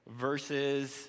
Verses